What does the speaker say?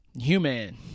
human